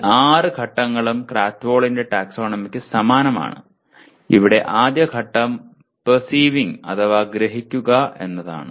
ഈ ആറ് ഘട്ടങ്ങളും ക്രാത്ത്വോളിന്റെ ടാക്സോണമിക്ക് സമാനമാണ് ഇവിടെ ആദ്യ ഘട്ടം പെർസിവിങ് അഥവാ ഗ്രഹിക്കുക എന്നതാണ്